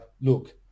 look